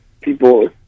people